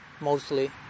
mostly